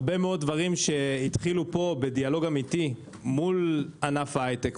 הרבה דברים שהתחילו פה בדיאלוג אמיתי מול ענף ההיטק,